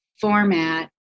format